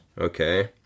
okay